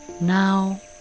now